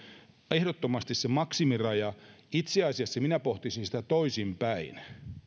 ehdottomasti se maksimiraja itse asiassa minä pohtisin sitä toisinpäin